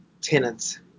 tenants